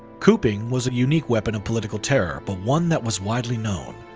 cooping was a unique weapon of political terror, but one that was widely known.